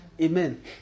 Amen